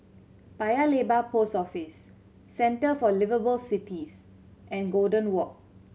Paya Lebar Post Office Centre for Liveable Cities and Golden Walk